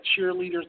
cheerleaders